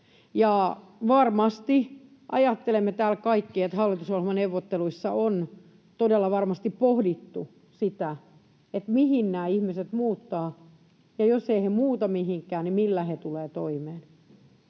Varmasti ajattelemme täällä kaikki, että hallitusohjelmaneuvotteluissa on todella varmasti pohdittu sitä, mihin nämä ihmiset muuttavat, ja jos he eivät muuta mihinkään, niin millä he tulevat toimeen.